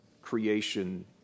creation